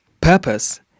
Purpose